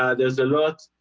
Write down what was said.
ah there's a lot,